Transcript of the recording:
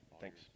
Thanks